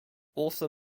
author